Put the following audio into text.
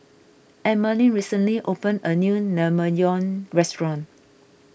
Emaline recently opened a new Naengmyeon restaurant